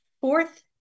fourth